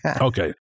Okay